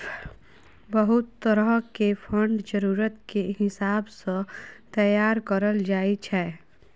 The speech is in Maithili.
बहुत तरह के फंड जरूरत के हिसाब सँ तैयार करल जाइ छै